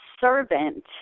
servant